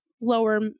lower